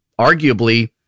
arguably